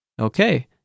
Okay